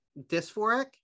dysphoric